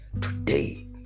today